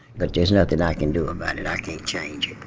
but there's nothing i can do about it. i can't change